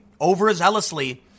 overzealously